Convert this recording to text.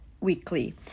weekly